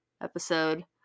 episode